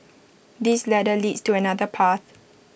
this ladder leads to another path